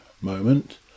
moment